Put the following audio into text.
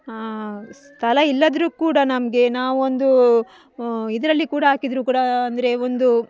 ಸ್ಥಳ ಇಲ್ಲದ್ರೂ ಕೂಡ ನಮಗೆ ನಾವೊಂದು ಇದರಲ್ಲಿ ಕೂಡ ಹಾಕಿದ್ರು ಕೂಡ ಅಂದರೆ ಒಂದು